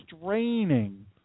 straining